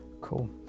Cool